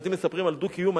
אתם מספרים על דו-קיום?